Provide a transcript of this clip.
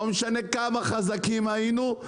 לא משנה כמה חזקים היינו,